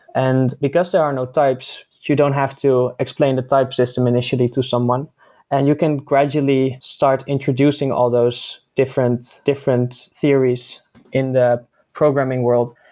and because there are no types, you don't have to explain the type system initially to someone and you can gradually start introducing all those different different theories in the programming world.